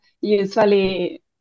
usually